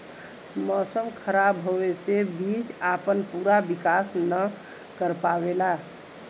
मौसम खराब होवे से बीज आपन पूरा विकास न कर पावेला